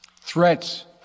Threats